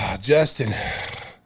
Justin